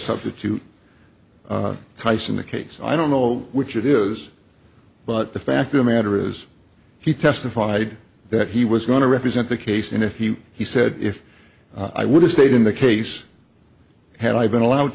substitute tyson the case i don't know which it is but the fact of matter is he testified that he was going to represent the case and if he he said if i would have stayed in the case had i been allowed